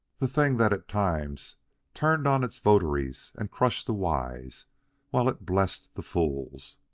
the thing that at times turned on its votaries and crushed the wise while it blessed the fools